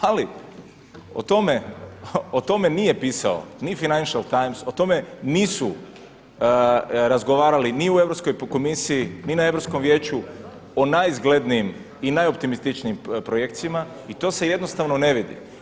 Ali o tome nije pisao ni Finantional Times, o tome nisu razgovarali ni u Europskoj komisiji i na Europskom vijeću o najizglednijim i najoptimističnijim projekcijama i to se jednostavno ne vidi.